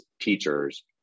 teachers